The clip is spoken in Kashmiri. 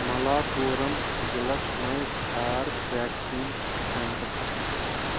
مَلاپوٗرم ضلعس مَنٛز ژھار ویکسیٖن سینٹر